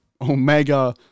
Omega